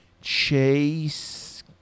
Chase